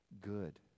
Good